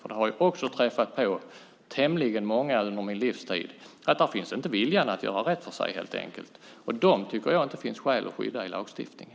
Jag har nämligen också träffat på tämligen många under min livstid som inte har viljan att göra rätt för sig, helt enkelt. Dem tycker jag inte att det finns skäl att skydda i lagstiftningen.